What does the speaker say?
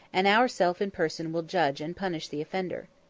and ourself in person will judge and punish the offender.